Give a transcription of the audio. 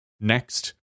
next